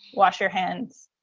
wash your hands,